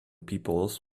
peoples